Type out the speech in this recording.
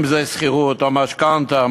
אם שכירות או משכנתה,